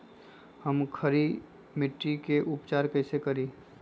हम खड़ी मिट्टी के उपचार कईसे करी?